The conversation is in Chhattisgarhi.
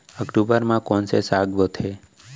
अक्टूबर मा कोन से साग बोथे?